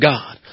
God